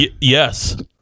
Yes